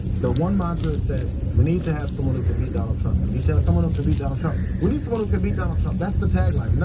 the one mantra said we need to have someone who can beat donald trump. we need to have someone who can beat donald trump. we need someone who can beat donald trump. that's the tagline.